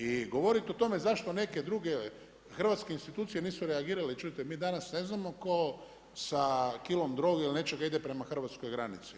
I govorit o tome zašto neke druge hrvatske institucije nisu reagirale čujte mi danas ne znamo tko sa kilom droge ili nečega ide prema hrvatskoj granici.